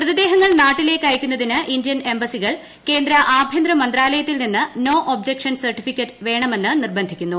മൃതദേഹങ്ങൾ നാട്ടിലേക്ക് അയക്കുന്നതിന് ഇന്ത്യൻ എംബസികൾ കേന്ദ്ര ആഭ്യന്തര മന്താലയത്തിൽ നിന്ന് നോ ഒബ്ജക്ഷൻ സർട്ടിഫിക്കറ്റ് വേണമെന്ന് നിർബന്ധിക്കുന്നു